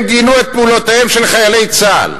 הם גינו את פעולותיהם של חיילי צה"ל.